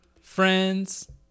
Friends